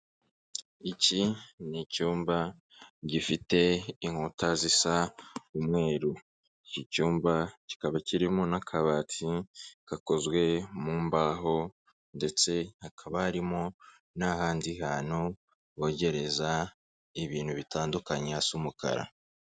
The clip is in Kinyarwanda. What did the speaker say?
Iki ni icyumba gifite inkuta zisa umweru, iki cyumba kikaba kirimo n'akabati gakozwe mu mbaho, ndetse hakaba harimo n'ahandi hantu bogereza ibintu bitandukanye, hasa umukara.